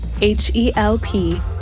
H-E-L-P